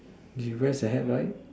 he wears a hat right